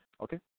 Okay